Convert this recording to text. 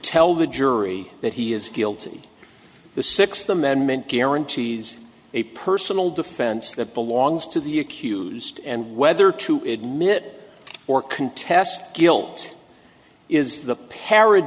tell the jury that he is guilty the sixth amendment guarantees a personal defense that belongs to the accused and whether to admit or contest guilt is the par